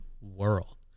world